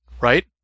right